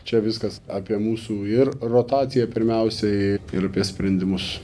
čia viskas apie mūsų ir rotaciją pirmiausiai ir apie sprendimus